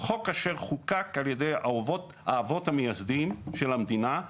חוק אשר חוקק על ידי האבות המייסדים של מדינת ישראל